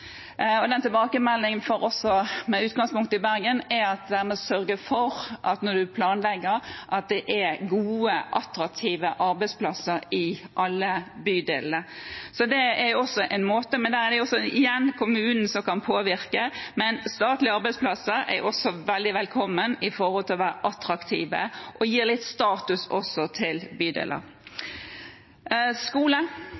og tilbakemeldingen med utgangspunkt i Bergen er at en må sørge for når en planlegger, at det er gode, attraktive arbeidsplasser i alle bydelene. Det er også en måte. Men igjen: Det er kommunen som kan påvirke, men statlige, attraktive arbeidsplasser er også veldig velkomne og gir også litt status til